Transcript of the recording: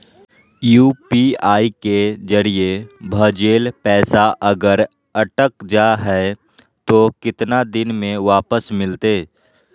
UPI के जरिए भजेल पैसा अगर अटक जा है तो कितना दिन में वापस मिलते?